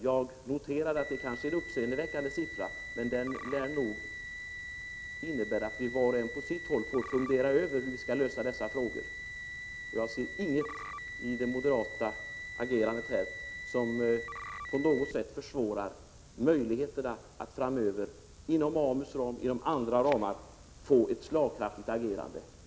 Jag noterade att detta kanske är en uppseendeväckande siffra, men den lär innebära att var och en av oss på sitt håll får fundera över hur vi skall lösa hithörande frågor. Jag ser ingenting i det moderata agerandet som på något sätt försvårar möjligheterna att framöver inom AMU:s ram och på andra sätt få till stånd ett slagkraftigt handlande.